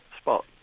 spot